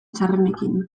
txarrenekin